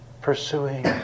pursuing